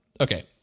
okay